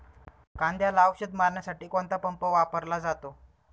कांद्याला औषध मारण्यासाठी कोणता पंप वापरला जातो?